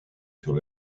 sur